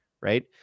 Right